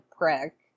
prick